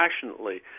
passionately